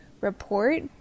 report